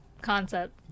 concept